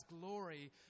glory